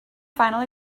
final